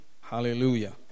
Hallelujah